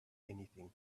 anything